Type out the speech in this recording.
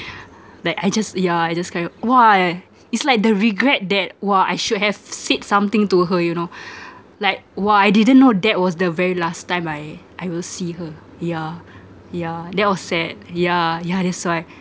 like I just yeah I just cried !wah! it's like the regret that !wah! I should have s~ said something to her you know like !wah! I didn't know that was the very last time I I will see her yeah yeah that was sad yeah yeah that's why